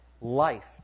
Life